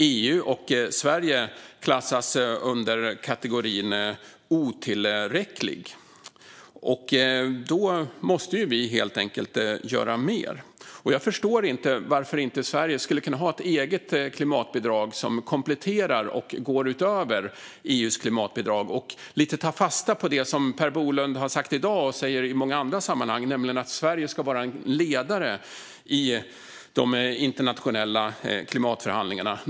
EU och Sverige klassas i kategorin "otillräcklig". Därför måste vi helt enkelt göra mer. Jag förstår inte varför inte Sverige skulle kunna ha ett eget klimatbidrag, som kompletterar och går utöver EU:s klimatbidrag och lite grann tar fasta på det som Per Bolund har sagt i dag och säger i många andra sammanhang, nämligen att Sverige ska vara en ledare i de internationella klimatförhandlingarna.